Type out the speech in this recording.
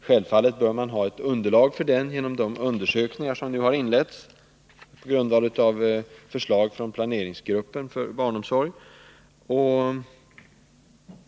Självfallet bör man ha ett underlag för den genom de undersökningar som nu har inletts, på grundval av förslag från planeringsgruppen för barnomsorg.